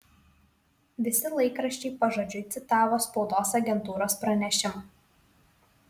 visi laikraščiai pažodžiui citavo spaudos agentūros pranešimą